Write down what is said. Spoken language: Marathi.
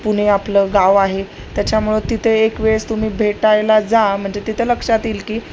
पुणे आपलं गाव आहे त्याच्यामुळं तिते एक वेळेस तुम्ही भेटायला जा म्हणजे तिथं लक्षात येईल की